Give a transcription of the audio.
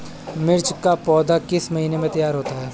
मिर्च की पौधा किस महीने में तैयार होता है?